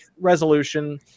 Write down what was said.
resolution